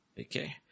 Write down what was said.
Okay